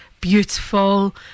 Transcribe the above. beautiful